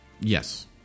Yes